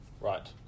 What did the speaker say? Right